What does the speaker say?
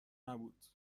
نبود